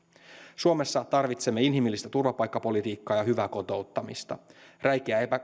suomessa tarvitsemme inhimillistä turvapaikkapolitiikkaa ja hyvää kotouttamista räikeä